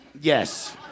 yes